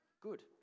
good